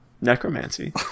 necromancy